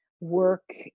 work